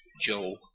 Joe